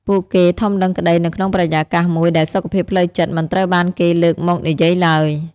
ពួកគេធំដឹងក្តីនៅក្នុងបរិយាកាសមួយដែលសុខភាពផ្លូវចិត្តមិនត្រូវបានគេលើកមកនិយាយឡើយ។